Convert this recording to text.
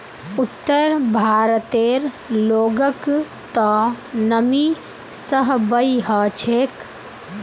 उत्तर भारतेर लोगक त नमी सहबइ ह छेक